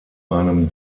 einem